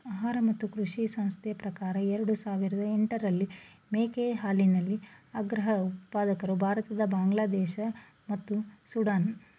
ಆಹಾರ ಮತ್ತು ಕೃಷಿ ಸಂಸ್ಥೆ ಪ್ರಕಾರ ಎರಡು ಸಾವಿರದ ಎಂಟರಲ್ಲಿ ಮೇಕೆ ಹಾಲಿನ ಅಗ್ರ ಉತ್ಪಾದಕರು ಭಾರತ ಬಾಂಗ್ಲಾದೇಶ ಮತ್ತು ಸುಡಾನ್